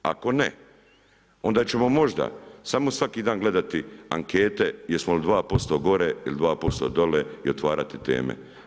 Ako ne, onda ćemo možda samo svaki dan samo gledati ankete jesmo li 2% gore, il 2% dole i otvarati teme.